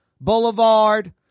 Boulevard